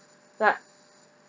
but